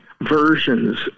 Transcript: versions